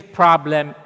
problem